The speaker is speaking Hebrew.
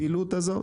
לפעילות הזאת?